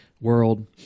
World